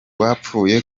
bapfuye